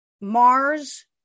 Mars